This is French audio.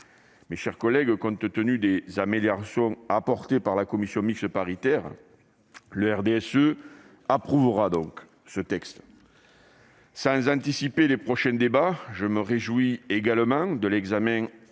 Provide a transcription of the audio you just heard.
Mes chers collègues, compte tenu des améliorations apportées par la commission mixte paritaire, le RDSE approuvera ce texte. Sans anticiper les prochains débats, je me réjouis également de l'examen